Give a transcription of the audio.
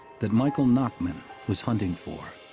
that michael nachmann was hunting for.